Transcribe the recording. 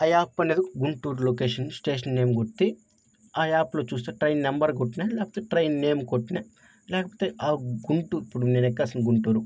ఆ యాప్ అనేది Guntur location station name కొట్టి ఆ యాప్లో చూస్తే ట్రైన్ నెంబర్ కొట్టిన లేకపోతే ట్రైన్ నేమ్ కొట్టిన లేకపోతే ఆ గుంటూరు ఇప్పుడు నేను ఎక్కాల్సింది గుంటూరు